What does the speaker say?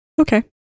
Okay